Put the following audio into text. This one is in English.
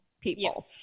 people